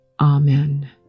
Amen